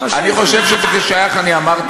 אני חושב שזה שייך, אני אמרתי.